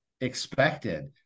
expected